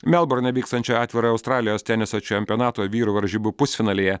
melburne vykstančio atvirojo australijos teniso čempionato vyrų varžybų pusfinalyje